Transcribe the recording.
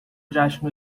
جشن